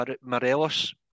Morelos